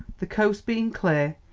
the coast being clear,